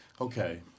okay